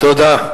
תודה.